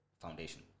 foundation